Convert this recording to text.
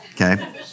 okay